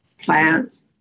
plants